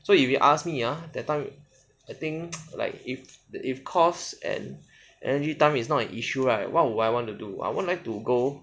so if you ask me ah that time I think like if if cost and and time is not an issue right what would I want to do I would like to go